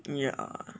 yeah